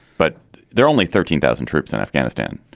but there are only thirteen thousand troops in afghanistan.